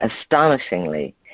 Astonishingly